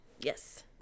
Yes